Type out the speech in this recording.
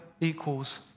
equals